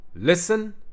Listen